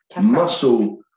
Muscle